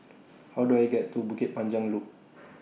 How Do I get to Bukit Panjang Loop